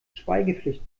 schweigepflicht